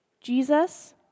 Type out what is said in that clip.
Jesus